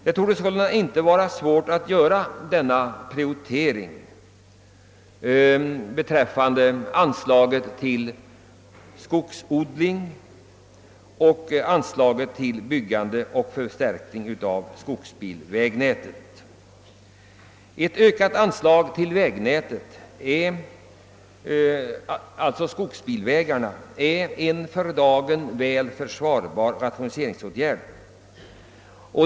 Det torde sålunda inte vara svårt att göra denna prioritering mellan anslaget till skogsodling och anslaget till byggande och förstärkning av skogsbilvägnätet. Ett ökat anslag till skogsbilvägarna är en för dagen väl försvarbar rationaliseringsåtgärd.